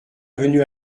venu